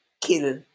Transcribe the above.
kill